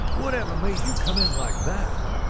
whatever made you come in like that.